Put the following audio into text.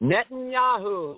Netanyahu